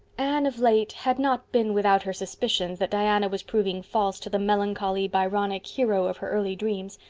anne, of late, had not been without her suspicions that diana was proving false to the melancholy byronic hero of her early dreams.